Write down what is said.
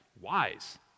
wise